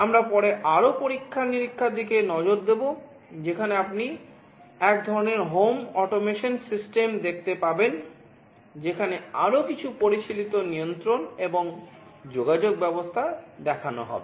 আমরা পরে আরও পরীক্ষা নিরীক্ষার দিকে নজর দেব যেখানে আপনি এক ধরণের হোম অটোমেশন সিস্টেম দেখতে পাবেন যেখানে আরও কিছু পরিশীলিত নিয়ন্ত্রণ এবং যোগাযোগ ব্যবস্থা দেখানো হবে